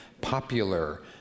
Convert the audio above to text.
popular